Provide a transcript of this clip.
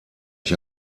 ich